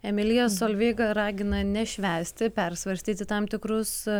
emilija solveiga ragina nešvęsti persvarstyti tam tikrus